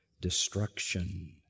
destruction